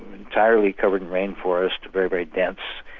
entirely covered in rainforest, very, very dense.